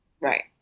Right